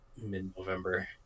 mid-November